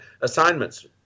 assignments